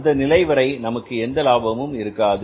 அந்த நிலை வரை நமக்கு எந்த லாபமும் இருக்காது